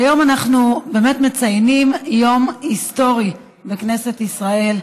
היום אנחנו באמת מציינים יום היסטורי בכנסת ישראל,